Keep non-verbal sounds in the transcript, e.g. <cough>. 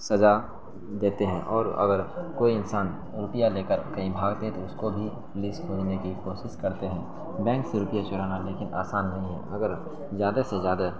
سزا دیتے ہیں اور اگر کوئی انسان روپیہ لے کر کہیں بھاگے تو اس کو بھی لیسٹ <unintelligible> کی کوشش کرتے ہیں بینک سے روپیہ چرانا لیکن آسان نہیں ہے اگر زیادہ سے زیادہ